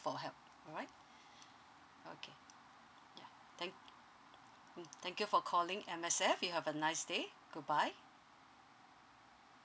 for help alright okay ya thank mm thank you for calling M_S_F you have a nice day goodbye